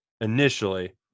initially